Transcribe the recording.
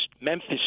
Memphis